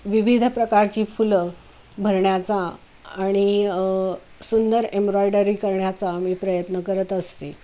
विविध प्रकारची फुलं भरण्याचा आणि सुंदर एम्रॉयडरी करण्याचा मी प्रयत्न करत असते